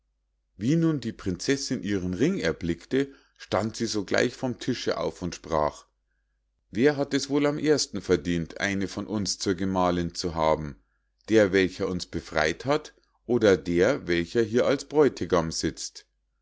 wie nun die prinzessinn ihren ring erblickte stand sie sogleich vom tische auf und sprach wer hat es wohl am ersten verdient eine von uns zur gemahlinn zu haben der welcher uns befrei't hat oder der welcher hier als bräutigam sitzt